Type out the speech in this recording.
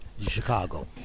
Chicago